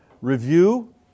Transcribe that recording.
review